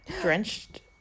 drenched